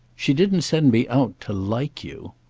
she didn't send me out to like you.